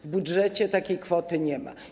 W budżecie takiej kwoty nie ma.